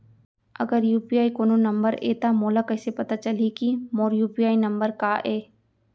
अगर यू.पी.आई कोनो नंबर ये त मोला कइसे पता चलही कि मोर यू.पी.आई नंबर का ये?